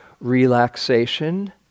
relaxation